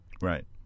Right